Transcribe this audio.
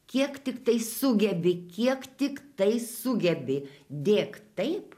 kiek tiktai sugebi kiek tik tai sugebi dėk taip